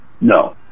No